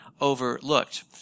overlooked